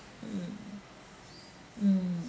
mm mm